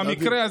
גדי,